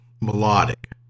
melodic